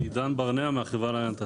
עידן ברנע מהחברה להגנת הטבע,